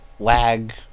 lag